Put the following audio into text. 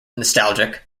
nostalgic